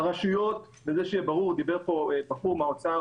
לרשויות, וזה שיהיה ברור, דיבר פה הבחור מהאוצר